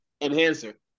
Enhancer